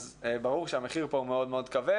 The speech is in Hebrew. אז ברור שהמחיר פה הוא מאוד מאוד כבד.